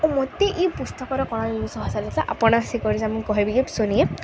ଓ ମୋତେ ଏଇ ପୁସ୍ତକର କ'ଣ ଜିନିଷ ହସାଇଥିଲା ଆପଣ ସେ କରି ମୁଁ କହିବି ଶୁଣିବେ